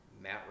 matt